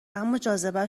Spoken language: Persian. اماجاذبه